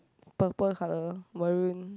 purple colour maroon